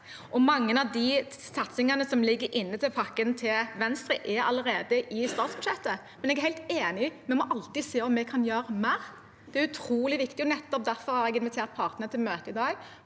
Mange av de satsingene som ligger inne i pakken til Venstre, er allerede i statsbudsjettet. Men jeg er helt enig, vi må alltid se om vi kan gjøre mer. Det er utrolig viktig, og nettopp derfor har jeg invitert partene til møte i dag